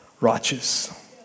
righteous